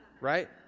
Right